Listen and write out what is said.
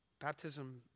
Baptism